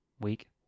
week